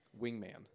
Wingman